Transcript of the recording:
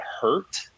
hurt